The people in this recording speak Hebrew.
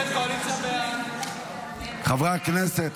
חברי הכנסת,